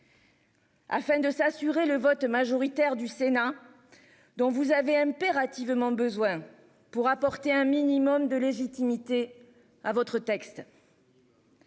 Afin de s'assurer le vote majoritaire du Sénat. Dont vous avez impérativement besoin pour apporter un minimum de légitimité à votre texte.